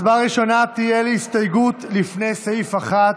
ההצבעה הראשונה תהיה על ההסתייגות לפני סעיף 1,